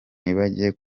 ntibajye